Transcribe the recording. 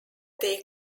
they